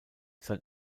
sein